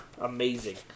amazing